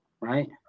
right